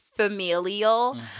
Familial